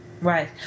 Right